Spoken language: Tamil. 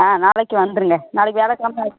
ஆ நாளைக்கு வந்துடுங்க நாளைக்கு வியாழக்கெலம